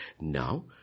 Now